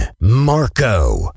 Marco